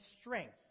strength